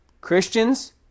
Christians